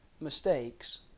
mistakes